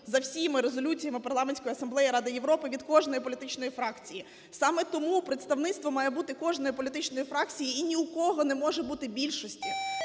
за всіма резолюціями Парламентської Асамблеї Ради Європи, від кожної політичної фракції. Саме тому представництво має бути кожної політичної фракції і ні у кого не може бути більшості.